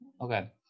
Okay